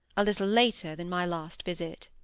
a little later than my last visit.